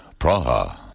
Praha